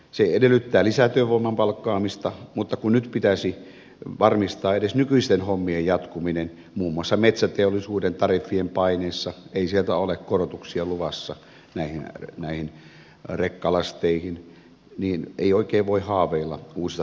se edellyttää lisätyövoiman palkkaamista mutta kun nyt pitäisi varmistaa edes nykyisten hommien jatkuminen muun muassa metsäteollisuuden tariffien paineessa ei sieltä ole korotuksia luvassa näihin rekkalasteihin niin ei oikein voi haaveilla uusista työntekijöistä kuljetusalalle